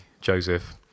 Joseph